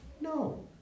No